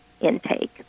intake